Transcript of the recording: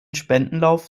spendenlauf